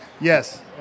Yes